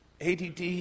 ADD